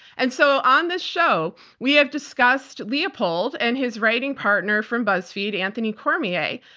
and so on this show, we have discussed leopold and his writing partner from buzzfeed, anthony cormier,